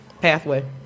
pathway